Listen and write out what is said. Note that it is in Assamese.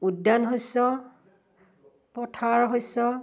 উদ্যান শস্য পথাৰৰ শস্য